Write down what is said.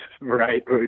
right